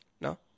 No